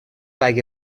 اگه